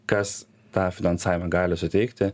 kas tą finansavimą gali suteikti